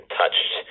touched